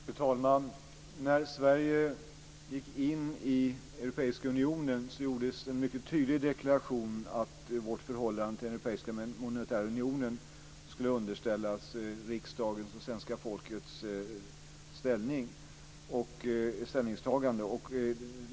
Fru talman! När Sverige gick in i Europeiska unionen gjordes en mycket tydlig deklaration - att vårt förhållande till den europeiska monetära unionen skulle underställas riksdagens och svenska folkets ställningstagande.